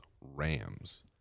rams